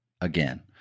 again